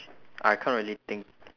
I can't really think